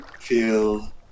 feel